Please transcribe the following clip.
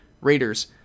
Raiders